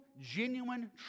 genuine